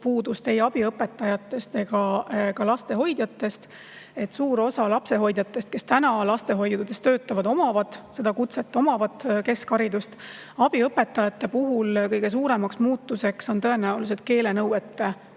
puudust ei abiõpetajatest ega ka lapsehoidjatest. Suur osa lapsehoidjatest, kes lastehoidudes töötavad, omavad seda kutset, omavad keskharidust. Abiõpetajate puhul on kõige suuremaks muutuseks tõenäoliselt keelenõuete